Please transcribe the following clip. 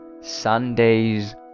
sundays